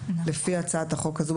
לפי הצעת החוק הזו,